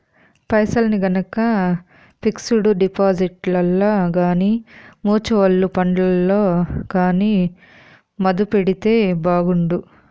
పైసల్ని గనక పిక్సుడు డిపాజిట్లల్ల గానీ, మూచువల్లు ఫండ్లల్ల గానీ మదుపెడితే బాగుండు